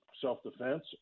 self-defense